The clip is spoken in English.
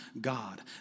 God